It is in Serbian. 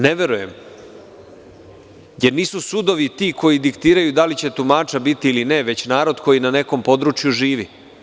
Ne verujem, jer nisu sudovi ti koji diktiraju da li će tumača biti ili ne, već narod koji na nekom području živi.